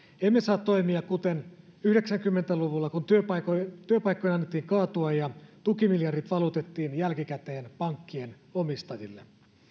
emme saa toimia kuten yhdeksänkymmentä luvulla kun työpaikkojen annettiin kaatua ja tukimiljardit valutettiin jälkikäteen pankkien omistajille